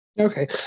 Okay